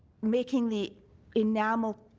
making the enamel